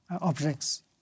objects